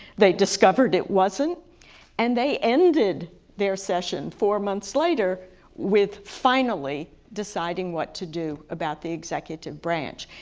they discovered it wasn't and they ended their session four months later with finally deciding what to do about the executive branch.